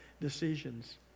decisions